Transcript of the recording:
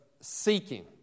seeking